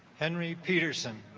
henry peterson